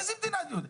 איזה מדינה יהודית?